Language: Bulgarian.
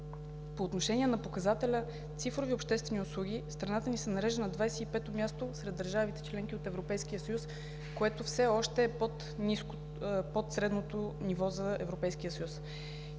По отношение на показателя цифрови обществени услуги страната ни се нарежда на 25-о място сред държавите – членки на Европейския съюз, което все още е под средното ниво за Европейския съюз.